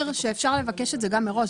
נבהיר שאפשר לבקש את זה מראש,